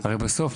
הרי בסוף,